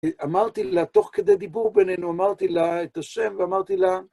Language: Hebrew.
אמרתי לה, תוך כדי דיבור בינינו, אמרתי לה את השם ואמרתי לה...